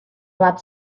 bat